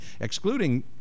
excluding